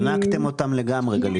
חנקתם אותם לגמרי.